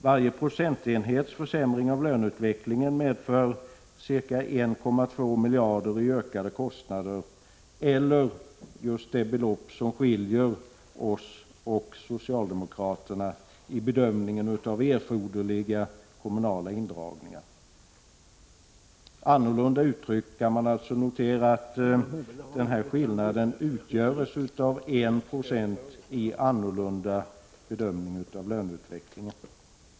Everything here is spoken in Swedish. Varje procentenhets försämring av löneutvecklingen medför ca 1,2 miljarder i ökade kostnader, eller just det belopp som skiljer oss och socialdemokraterna i bedömningen av erforderliga kommunala indragningar. Annorlunda uttryckt kan man alltså notera att denna skillnad utgörs av en skillnad på 1 26 i bedömningen av löneutvecklingen.